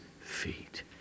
feet